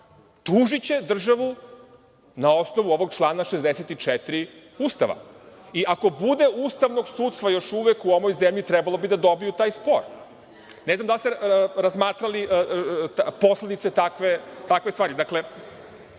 Tužiće državu na osnovu ovog člana 64. Ustava i ako bude ustavnog sudstva još uvek u ovoj zemlji trebalo bi da dobiju taj spor. Ne znam da li ste razmatrali posledice takve stvari. Dakle,